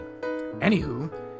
Anywho